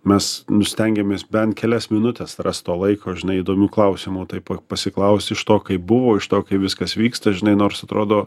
mes nu stengiamės bent kelias minutes rast to laiko žinai įdomių klausimų taip pa pasiklausi iš to kaip buvo iš to kai viskas vyksta žinai nors atrodo